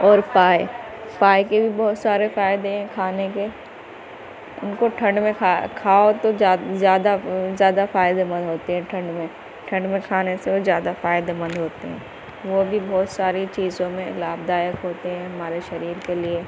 اور پائے پائے کے بھی بہت سارے فائدے ہیں کھانے کے ان كو ٹھنڈ میں کھا كھاؤ تو زیادہ زیادہ فائدہ مند ہوتے ہیں ٹھنڈ میں ٹھنڈ میں کھانے سے وہ زیادہ فائدے مند ہوتے ہیں وہ بھی بہت ساری چیزوں میں لابھدایک ہوتے ہیں ہمارے شریر کے لیے